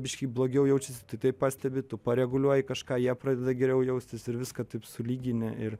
biškį blogiau jaučiasi tu tai pastebi tu pareguliuoja kažką jie pradeda geriau jaustis ir viską taip sulygini ir